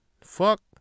Fuck